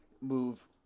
move